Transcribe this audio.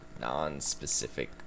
non-specific